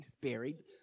buried